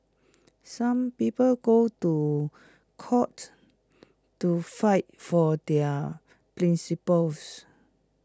some people go to court to fight for their principles